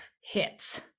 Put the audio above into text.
hits